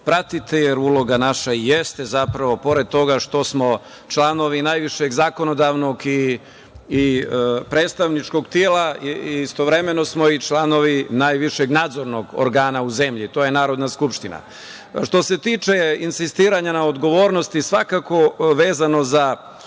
pratite, jer uloga naša jeste zapravo, pored toga što smo članovi najvišeg zakonodavnog i predstavničkog tela, istovremeno smo i članovi najvišeg nadzornog organa u zemlji, to je Narodna skupština. Što se tiče insistiranja na odgovornosti vezano za